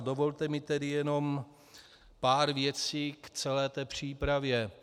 Dovolte mi tedy jenom pár věcí k té celé přípravě.